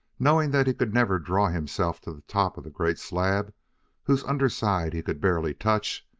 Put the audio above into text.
knowing that he could never draw himself to the top of the great slab whose under side he could barely touch,